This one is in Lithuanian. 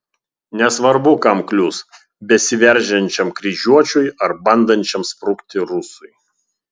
nesvarbu kam klius besiveržiančiam kryžiuočiui ar bandančiam sprukti rusui